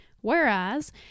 Whereas